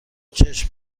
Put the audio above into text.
چشم